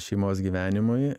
šeimos gyvenimui